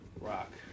Rock